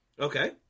Okay